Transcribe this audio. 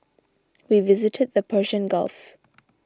we visited the Persian Gulf